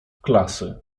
klasy